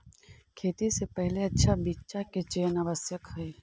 खेती से पहिले अच्छा बीचा के चयन आवश्यक हइ